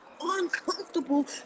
uncomfortable